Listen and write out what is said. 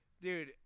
Dude